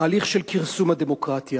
תהליך של כרסום הדמוקרטיה.